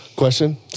Question